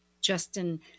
Justin